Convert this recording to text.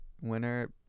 Winner